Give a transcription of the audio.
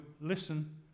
listen